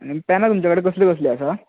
पेनां तुमचे कडेन कसली कसली आसा